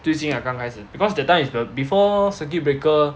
最近啊刚开始 because that time is the before circuit breaker